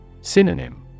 Synonym